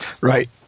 Right